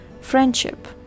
friendship